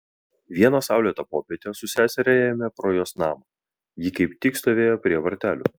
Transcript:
vieną saulėtą popietę su seseria ėjome pro jos namą ji kaip tik stovėjo prie vartelių